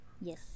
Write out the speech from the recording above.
Yes